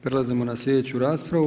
Prelazimo na slijedeću raspravu.